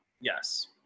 Yes